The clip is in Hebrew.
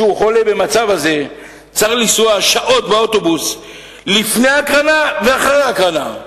אדם חולה במצב הזה צריך לנסוע שעות באוטובוס לפני ההקרנה ואחרי ההקרנה.